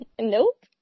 Nope